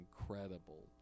incredible